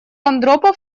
андропов